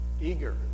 eager